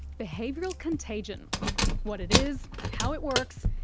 behavioural contagion what it is, how it works,